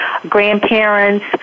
grandparents